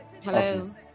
Hello